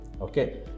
Okay